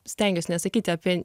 stengiuosi nesakyti apie